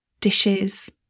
dishes